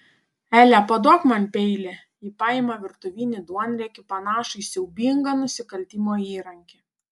ele paduok man peilį ji paima virtuvinį duonriekį panašų į siaubingą nusikaltimo įrankį